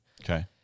Okay